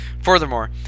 Furthermore